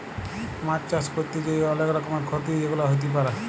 মাছ চাষ ক্যরতে যাঁয়ে অলেক রকমের খ্যতি যেগুলা হ্যতে পারে